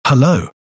Hello